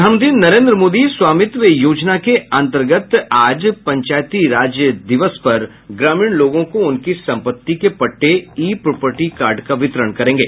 प्रधानमंत्री नरेंद्र मोदी स्वामित्व योजना के अंतर्गत आज पंचायती राज दिवस पर ग्रामीण लोगों को उनकी संपत्ति के पट्टे ई प्रापर्टी कार्ड का वितरण करेंगे